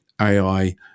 AI